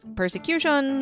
persecution